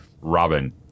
Robin